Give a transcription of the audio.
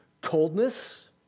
coldness